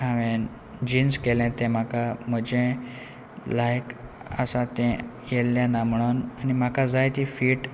हांवें जिन्स केलें ते म्हाका म्हजे लायक आसा तें येल्ले ना म्हणून आनी म्हाका जाय ती फीट